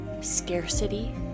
scarcity